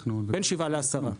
בין שבעה לעשרה.